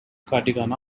cardigan